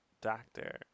doctor